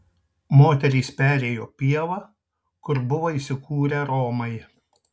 moterys perėjo pievą kur buvo įsikūrę romai